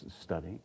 study